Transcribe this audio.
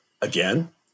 Again